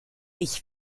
ich